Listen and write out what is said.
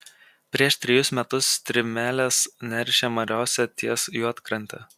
prieš trejus metus strimelės neršė mariose ties juodkrante